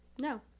No